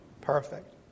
perfect